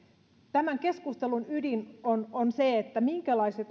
tämän keskustelun ydin on on se minkälaiset